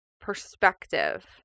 perspective